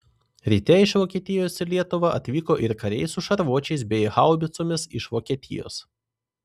ryte iš vokietijos į lietuvą atvyko ir kariai su šarvuočiais bei haubicomis iš vokietijos